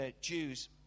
Jews